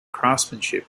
craftsmanship